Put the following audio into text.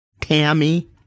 Tammy